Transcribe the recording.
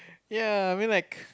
ya I mean like